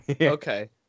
Okay